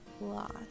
lost